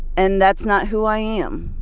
and that's not who i am.